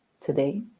today